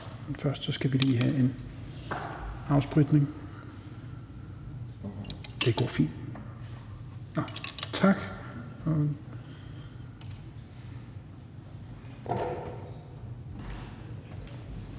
Man først skal vi lige have en afspritning. Det går fint. Tak.